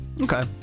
Okay